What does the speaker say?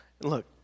Look